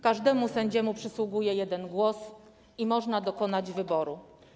Każdemu sędziemu przysługuje jeden głos i można dokonać wyboru.